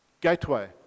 gateway